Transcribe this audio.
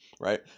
right